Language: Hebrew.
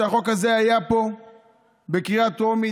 כשהחוק הזה היה פה בקריאה טרומית,